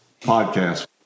podcast